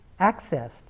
accessed